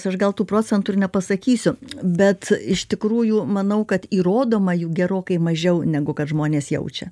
aš gal tų procentų ir nepasakysiu bet iš tikrųjų manau kad įrodoma jų gerokai mažiau negu kad žmonės jaučia